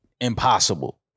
impossible